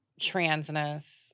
transness